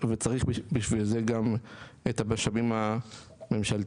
וצריך בשביל זה גם את המשאבים בממשלתיים.